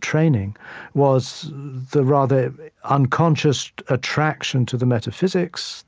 training was the rather unconscious attraction to the metaphysics,